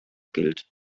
gilt